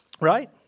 right